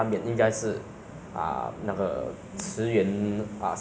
大牌二零九那个 hawker centre 应该是大概有